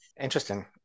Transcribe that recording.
Interesting